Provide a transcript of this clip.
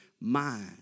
mind